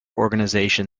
organization